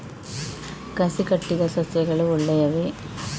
ಕಸಿ ಕಟ್ಟಿದ ಸಸ್ಯಗಳು ಒಳ್ಳೆಯವೇ?